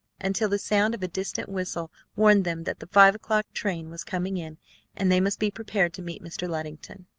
until the sound of a distant whistle warned them that the five-o'clock train was coming in and they must be prepared to meet mr. luddington.